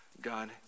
God